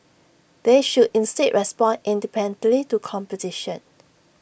they should instead respond independently to competition